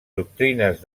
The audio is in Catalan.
doctrines